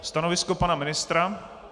Stanovisko pana ministra?